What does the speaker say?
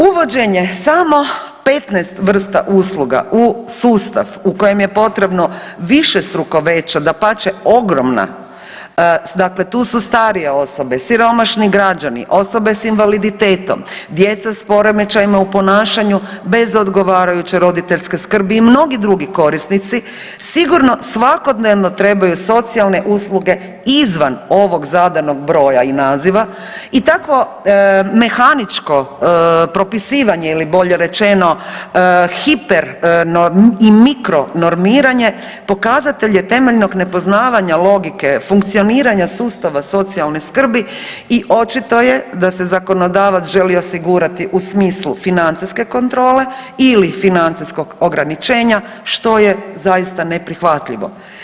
Uvođenje samo 15 vrsta usluga u sustav u kojem je potrebno višestruko veća dapače ogromna, dakle tu su starije osobe, siromašni građani, osobe s invaliditetom, djeca s poremećajima u ponašanju bez odgovarajuće roditeljske skrbi i mnogi drugi korisnici, sigurno svakodnevno trebaju socijalne usluge izvan ovog zadanog broja i naziva i takvo mehaničko propisivanje ili bolje rečeno hiper i mikro normiranje pokazatelj je temeljnog nepoznavanja logike funkcioniranja sustava socijalne skrbi i očito je da se zakonodavac želi osigurati u smislu financijske kontrole ili financijskog ograničenja, što je zaista neprihvatljivo.